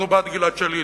אנחנו בעד גלעד שליט.